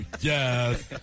yes